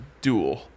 duel